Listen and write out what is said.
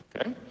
okay